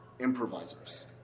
improvisers